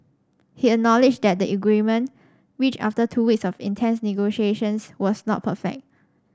he acknowledged that the agreement reached after two weeks of intense negotiations was not perfect